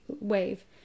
wave